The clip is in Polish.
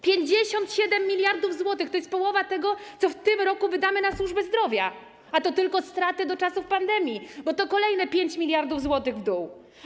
57 mld zł to jest połowa tego, co w tym roku wydamy na służbę zdrowia, a to tylko straty do czasów pandemii, bo to kolejne 5 mld zł w dół.